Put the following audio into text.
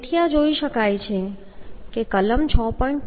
તેથી આ જોઈ શકાય છે કે આ કલમ 6